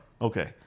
Okay